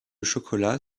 chocolat